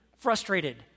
frustrated